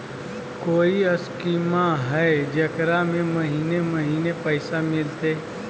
कोइ स्कीमा हय, जेकरा में महीने महीने पैसा मिलते?